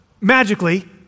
magically